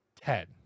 Ted